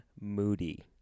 moody